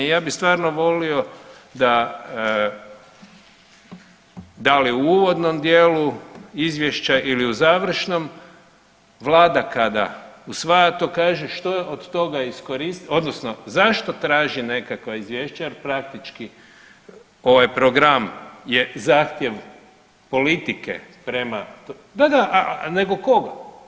Ja bi stvarno volio da, da li u uvodnom dijelu izvješća ili u završnom vlada kada usvaja to kaže što je od toga iskoristila odnosno zašto traži nekakva izvješća jer praktički ovaj program je zahtjev politike prema, da, da, a nego kog?